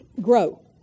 grow